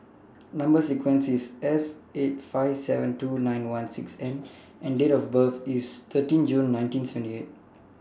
Number sequence IS S eight five seven two nine one six N and Date of birth IS thirteen June nineteen seventy eight